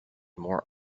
more